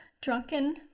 drunken